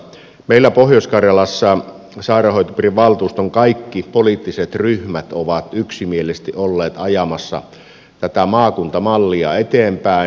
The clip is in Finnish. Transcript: meillä pohjois karjalassa sairaanhoitopiirin valtuuston kaikki poliittiset ryhmät ovat yksimielisesti olleet ajamassa tätä maakuntamallia eteenpäin